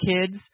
kids